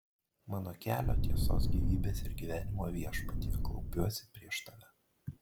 mano kelio tiesos gyvybės ir gyvenimo viešpatie klaupiuosi prieš tave